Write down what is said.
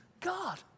God